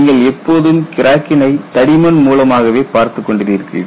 நீங்கள் எப்போதும் கிராக்கினை தடிமன் மூலமாகவே பார்த்துக்கொண்டிருக்கிறீர்கள்